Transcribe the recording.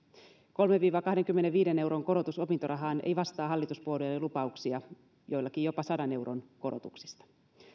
kolmen viiva kahdenkymmenenviiden euron korotus opintorahaan ei vastaa hallituspuolueiden lupauksia joillakin jopa sadan euron korotuksista